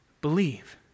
believe